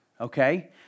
Okay